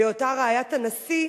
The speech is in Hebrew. בהיותה רעיית הנשיא,